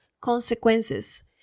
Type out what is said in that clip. consequences